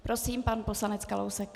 Prosím, pan poslanec Kalousek.